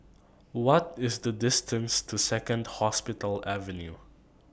What IS The distance to Second Hospital Avenue